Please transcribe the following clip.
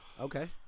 Okay